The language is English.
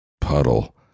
puddle